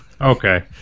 Okay